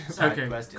Okay